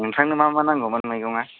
नोंथांनो मा मा नांगौमोन मैगंआ